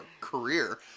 career